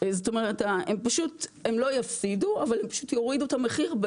הם פשוט לא יפסידו, אבל הם פשוט יורידו את המחיר.